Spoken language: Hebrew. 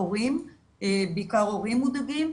בעיקר הורים מודאגים,